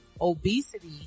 obesity